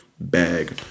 bag